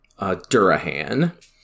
durahan